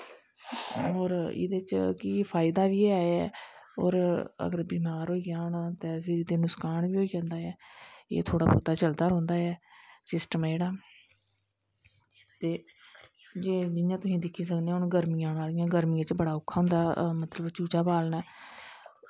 और एह्दे बिच्च कि फायदा बी ऐ जै और फिर अगर बमार होई जाह्न ते नुकसान बी होई जंदा ऐ एह् थोह्ड़ी बौह्ता चलदा रौंह्दा ऐ सिस्टम जेह्ड़ा जियां तुस हून दिक्खी सकनें ओ गर्मियां आनें आह्लिंयां न गर्मियें च मतलव बड़ा औक्खा होंदा चूचा पालनां